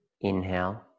inhale